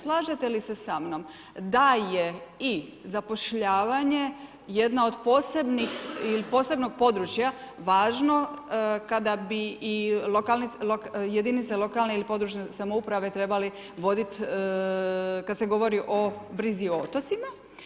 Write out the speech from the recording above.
Slažete li se samnom da je i zapošljavanje jedna od posebnih ili posebnog područja važno kada bi i jedinice lokalne ili područne samouprave trebali voditi kada se govori o brzi o otocima?